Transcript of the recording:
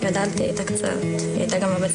(מוקרן סרטון) היינו ממשיכים לראות את זה אבל היה לי